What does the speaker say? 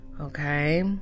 Okay